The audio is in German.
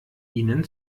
ihnen